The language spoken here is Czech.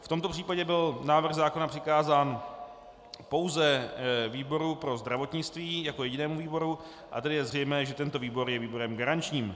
V tomto případě byl návrh zákona přikázán pouze výboru pro zdravotnictví jako jedinému výboru, a tedy je zřejmé, že tento výbor je výborem garančním.